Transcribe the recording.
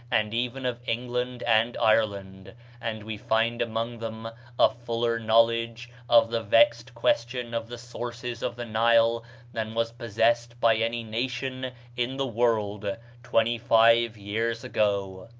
and even of england and ireland and we find among them a fuller knowledge of the vexed question of the sources of the nile than was possessed by any nation in the world twenty-five years ago.